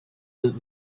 that